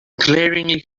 glaringly